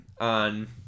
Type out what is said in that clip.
on